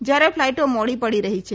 જયારે ફલાઇટો મોડી પડી રહી છે